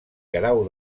guerau